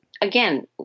again